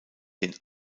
den